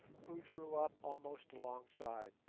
who drew up almost alongside.